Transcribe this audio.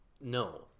no